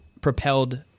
propelled